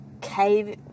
cave